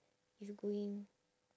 if you going